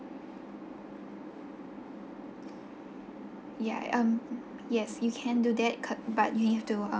ya um yes you can do that but you have to um